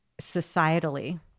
societally